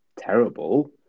terrible